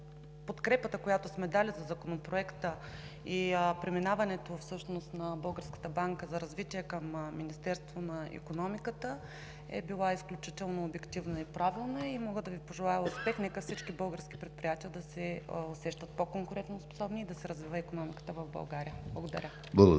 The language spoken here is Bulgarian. че подкрепата, която сме дали за Законопроекта и преминаването на Българската банка за развитие към Министерството на икономиката, е била изключително обективна и правилна и Ви пожелавам успех. Нека всички български предприятия да се усещат по-конкурентоспособни и да се развива икономиката в България. Благодаря.